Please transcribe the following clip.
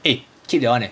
eh keep that [one] eh